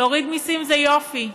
להוריד מיסים זה יופי,